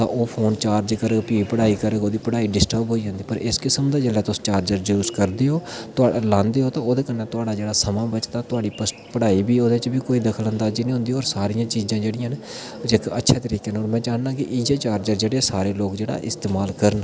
तां ओह् phone charge करग ते फ्ही पढ़ाई करग ओह्दी पढ़ाई डिसर्टब होई जंदी पर इस किस्म दा तुस जिसलै चार्ज यूज करदे ओ लांदे ओ ओह्दे कन्नै थुआढ़ा समां बचदा थुआढ़ी पढ़ाई बी ओह्दे च कोई दखल अंदाजी नेईं होंदी होर सारियां चीजां जेह्ड़ियां न अच्छे तरीके कन्नै में चाह्न्नां कि इ'यै चार्जर सारे लोक जेह्ड़ा इस्तेमाल करन